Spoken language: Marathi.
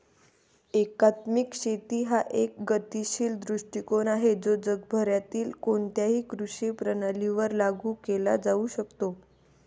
एकात्मिक शेती हा एक गतिशील दृष्टीकोन आहे जो जगभरातील कोणत्याही कृषी प्रणालीवर लागू केला जाऊ शकतो